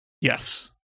Yes